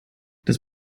das